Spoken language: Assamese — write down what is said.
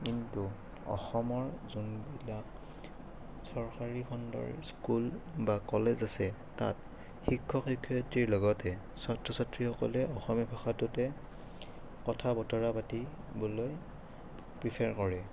কিন্তু অসমৰ যোনবিলাক চৰকাৰী খণ্ডৰ স্কুল বা কলেজ আছে তাত শিক্ষক শিক্ষয়িত্ৰীৰ লগতে ছাত্ৰ ছাত্ৰীসকলে অসমীয়া ভাষাটোতে কথা বতৰা পাতিবলৈ প্ৰিফাৰ কৰে